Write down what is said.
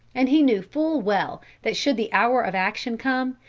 and he knew full well that should the hour of action come,